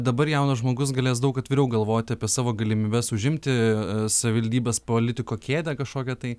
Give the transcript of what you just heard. dabar jaunas žmogus galės daug atviriau galvoti apie savo galimybes užimti savivaldybės politiko kėdę kažkokią tai